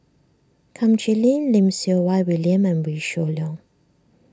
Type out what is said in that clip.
Kum Chee Lim Lim Siew Wai William and Wee Shoo Leong